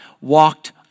walked